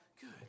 Good